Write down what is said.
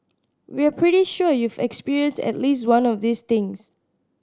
we're pretty sure you've experienced at least one of these things